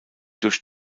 durch